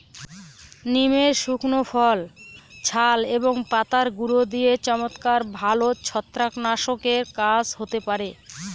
নিমের শুকনো ফল, ছাল এবং পাতার গুঁড়ো দিয়ে চমৎকার ভালো ছত্রাকনাশকের কাজ হতে পারে